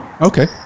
Okay